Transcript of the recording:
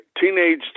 teenage